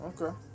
Okay